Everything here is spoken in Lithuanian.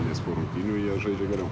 nes po rungtynių jie žaidžia geriau